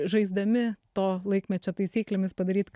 žaisdami to laikmečio taisyklėmis padaryt